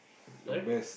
sorry